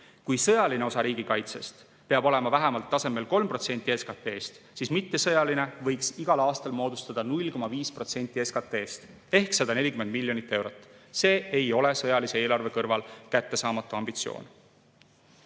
Kui sõjaline osa riigikaitsest peab olema vähemalt tasemel 3% SKT-st, siis mittesõjaline võiks igal aastal moodustada 0,5% SKT-st ehk 140 miljonit eurot. See ei ole sõjalise eelarve kõrval kättesaamatu ambitsioon.